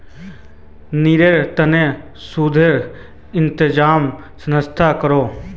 रिनेर तने सुदेर इंतज़ाम संस्थाए करोह